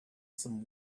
some